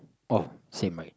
oh same right